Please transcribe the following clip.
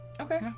Okay